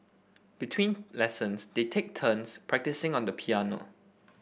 between lessons they take turns practising on the piano